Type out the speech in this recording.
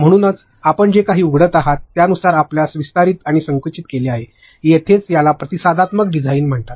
म्हणूनच आपण जे काही उघडत आहात त्यानुसार आपल्याला विस्तारीत आणि संकुचित केले आहे तेथेच याला प्रतिसादात्मक डिझाइन म्हणतात